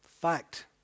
Fact